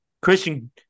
Christian